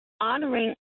honoring